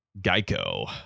Geico